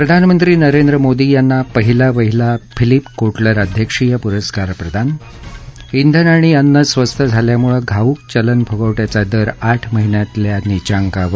प्रधानमंत्री नरेंद्र मोदी यांना पहिलावहिला फिलीप कोटलर अध्यक्षीय पुरस्कार प्रदान ब्रेन आणि अन्न स्वस्त झाल्यामुळे घाऊक चलनफुगवटयाचा दर आठ महिन्यातल्या नीचांकावर